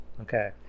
Okay